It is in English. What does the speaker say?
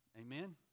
Amen